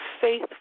faith